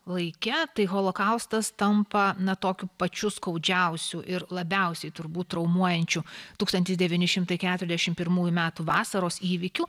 laike tai holokaustas tampa na tokiu pačiu skaudžiausiu ir labiausiai turbūt traumuojančiu tūkstantis devyni šimtai keturiasdešim pirmųjų metų vasaros įvykiu